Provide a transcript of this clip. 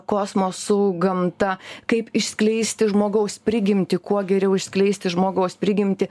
kosmosu gamta kaip išskleisti žmogaus prigimtį kuo geriau išskleisti žmogaus prigimtį